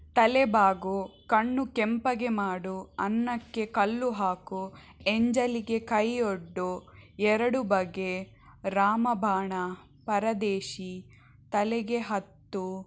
ತಲೆಬಾಗು ಕಣ್ಣು ಕೆಂಪಗೆ ಮಾಡು ಅನ್ನಕ್ಕೆ ಕಲ್ಲು ಹಾಕು ಎಂಜಲಿಗೆ ಕೈ ಒಡ್ಡು ಎರಡು ಬಗೆ ರಾಮಬಾಣ ಪರದೇಶಿ ತಲೆಗೆ ಹತ್ತು